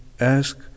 ask